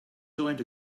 joined